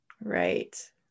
Right